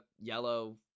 yellow